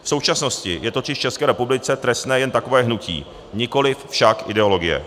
V současnosti je totiž v České republice trestné jen takové hnutí, nikoliv však ideologie.